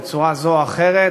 בצורה זו או אחרת,